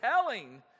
telling